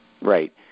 Right